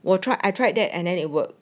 我 try I tried that and then it work